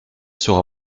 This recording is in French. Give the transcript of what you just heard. sera